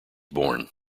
born